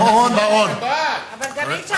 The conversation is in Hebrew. ביום שבת עשו מה שעשו לשטייניץ,